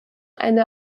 eine